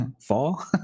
fall